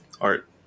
art